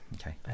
Okay